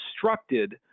constructed